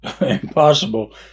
impossible